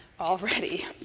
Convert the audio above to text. already